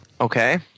Okay